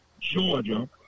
Georgia